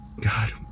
God